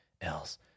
else